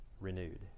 renewed